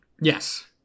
Yes